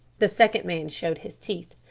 the second man showed his teeth.